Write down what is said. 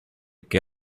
que